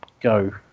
go